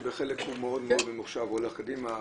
שבחלק הוא מאוד מאוד ממוחשב והולך קדימה,